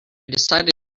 decided